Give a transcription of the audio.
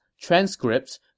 transcripts